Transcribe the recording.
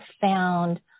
found